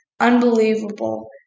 unbelievable